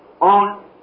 on